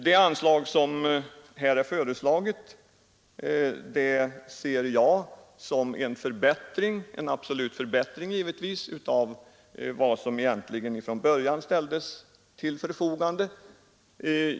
Det anslag som här är föreslaget ser jag som en absolut förbättring i jämförelse med de belopp som från början ställdes till deras förfogande.